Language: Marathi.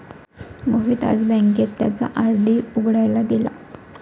मोहित आज बँकेत त्याचा आर.डी उघडायला गेला